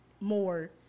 more